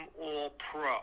all-pro